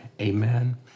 Amen